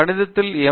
கணிதத்தில் எம்